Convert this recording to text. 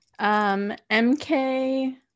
MK